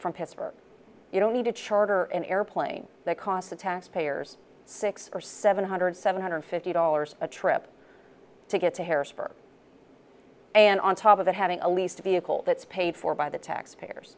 from pittsburgh you don't need to charter an airplane that cost the taxpayers six or seven hundred seven hundred fifty dollars a trip to get to harrisburg and on top of that having a least a vehicle that's paid for by the taxpayers